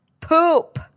poop